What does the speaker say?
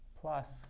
plus